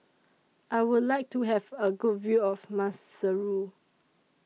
I Would like to Have A Good View of Maseru